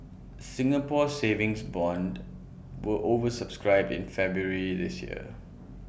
Singapore savings bonds were over subscribed in February this year